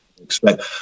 expect